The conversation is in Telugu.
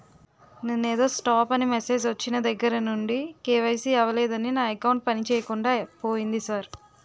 నిన్నేదో స్టాప్ అని మెసేజ్ ఒచ్చిన దగ్గరనుండి కే.వై.సి అవలేదని నా అకౌంట్ పనిచేయకుండా పోయింది సార్